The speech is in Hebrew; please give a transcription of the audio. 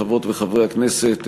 חברות וחברי הכנסת,